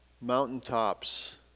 mountaintops